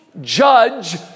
judge